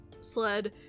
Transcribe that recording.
sled